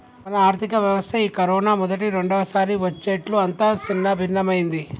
మన ఆర్థిక వ్యవస్థ ఈ కరోనా మొదటి రెండవసారి వచ్చేట్లు అంతా సిన్నభిన్నమైంది